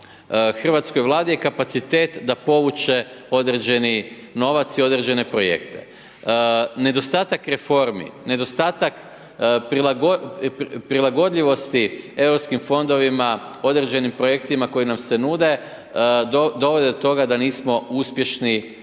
hrvatskoj Vladi je kapacitet da povuče određeni novac i određene projekte. Nedostatak reformi, nedostatak prilagodljivosti EU fondovima, određenim projektima koji nam se nude, dovode do toga da nismo uspješni u